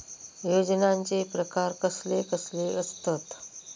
योजनांचे प्रकार कसले कसले असतत?